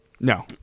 No